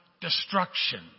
destruction